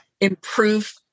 improve